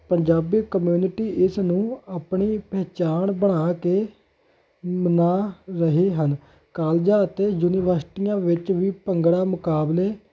Punjabi community ਇਸ ਨੂੰ ਆਪਣੀ ਪਹਿਚਾਣ ਬਣਾ ਕੇ ਮਨਾ ਰਹੇ ਹਨ ਕਾਲਜਾਂ ਅਤੇ ਯੂਨੀਵਰਸਿਟੀਆਂ ਵਿੱਚ ਵੀ ਭੰਗੜਾ ਮੁਕਾਬਲੇ